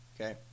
Okay